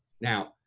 Now